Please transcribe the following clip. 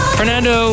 Fernando